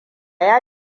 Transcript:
ya